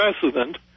president